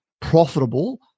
profitable